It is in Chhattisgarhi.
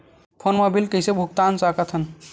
फोन मा बिल कइसे भुक्तान साकत हन?